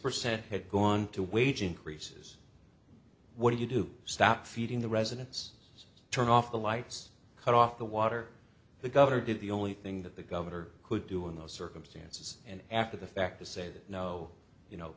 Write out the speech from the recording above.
percent had gone to wage increases what do you do stop feeding the residents turn off the lights cut off the water the governor did the only thing that the governor could do in those circumstances and after the fact to say that no you know